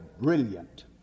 brilliant